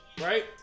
Right